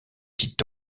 dit